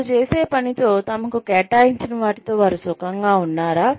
వారు చేసే పనితో తమకు కేటాయించిన వాటితో వారు సుఖంగా ఉన్నారా